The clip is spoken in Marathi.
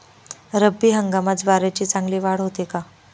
रब्बी हंगामात ज्वारीची चांगली वाढ होते का?